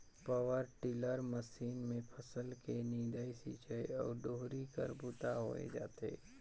power tiller machine मे फसल के निंदई, सिंचई अउ डोहरी कर बूता होए जाथे